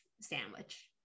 Sandwich